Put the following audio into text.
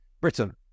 Britain